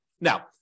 Now